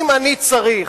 אם אני צריך,